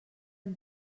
han